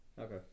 Okay